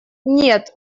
нет